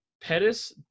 Pettis